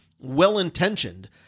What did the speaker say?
well-intentioned